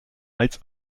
als